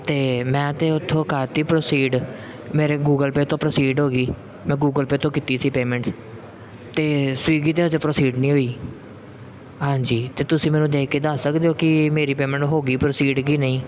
ਅਤੇ ਮੈਂ ਤਾਂ ਉੱਥੋਂ ਕਰ ਤੀ ਪ੍ਰੋਸੀਡ ਮੇਰੇ ਗੂਗਲ ਪੇਅ ਤੋਂ ਪ੍ਰੋਸੀਡ ਹੋ ਗਈ ਮੈਂ ਗੂਗਲ ਪੇਅ ਤੋਂ ਕੀਤੀ ਸੀ ਪੇਮੈਂਟਸ ਅਤੇ ਸਵੀਗੀ 'ਤੇ ਹਜੇ ਪ੍ਰੋਸੀਡ ਨਹੀਂ ਹੋਈ ਹਾਂਜੀ ਅਤੇ ਤੁਸੀਂ ਮੈਨੂੰ ਦੇਖ ਕੇ ਦੱਸ ਸਕਦੇ ਹੋ ਕਿ ਮੇਰੀ ਪੇਮੈਂਟ ਹੋ ਗਈ ਪ੍ਰੋਸੀਡ ਕਿ ਨਹੀਂ